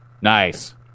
Nice